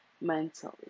mentally